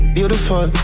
Beautiful